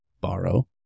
borrow